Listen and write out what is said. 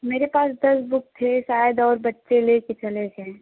मेरे पास दस बुक थे शायद और बच्चे लेके चले गए